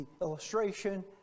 illustration